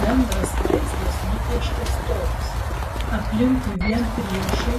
bendras vaizdas nupieštas toks aplinkui vien priešai